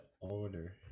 order